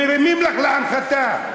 מרימים לך להנחתה,